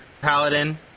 Paladin